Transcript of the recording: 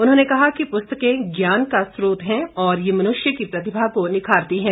उन्होंने कहा कि पुस्तकें ज्ञान का स्रोत हैं और ये मनुष्य की प्रतिभा को निखारती है